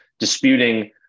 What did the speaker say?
disputing